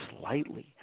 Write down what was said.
slightly